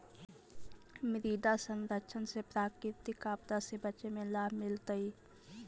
मृदा संरक्षण से प्राकृतिक आपदा से बचे में लाभ मिलतइ